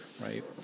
right